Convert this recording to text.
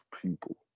people